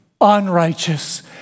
unrighteous